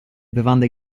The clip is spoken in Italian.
bevande